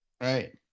right